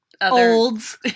Olds